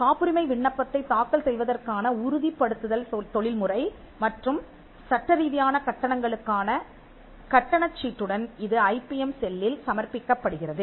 காப்புரிமை விண்ணப்பத்தைத் தாக்கல் செய்வதற்கான உறுதிப்படுத்துதல் தொழில்முறை மற்றும் சட்டரீதியான கட்டணங்களுக்கான கட்டணச் சீட்டுடன் இது ஐபிஎம் செல்லில் சமர்ப்பிக்கப்படுகிறது